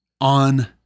on